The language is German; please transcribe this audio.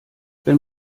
wenn